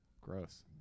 Gross